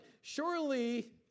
Surely